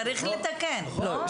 צריך לתקן, לא?